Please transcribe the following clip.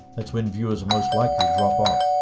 that's when viewers are most likely to drop off.